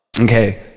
Okay